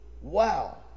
Wow